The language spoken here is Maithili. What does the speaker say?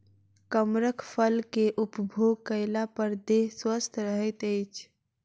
कमरख फल के उपभोग कएला पर देह स्वस्थ रहैत अछि